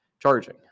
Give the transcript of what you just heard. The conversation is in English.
Charging